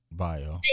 bio